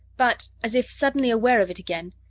but, as if suddenly aware of it again,